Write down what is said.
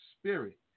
spirit